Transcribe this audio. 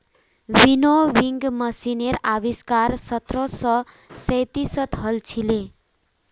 winnowing मशीनेर आविष्कार सत्रह सौ सैंतीसत हल छिले